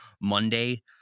Monday